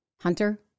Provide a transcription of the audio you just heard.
Hunter